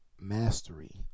Mastery